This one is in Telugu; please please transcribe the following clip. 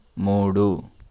మూడు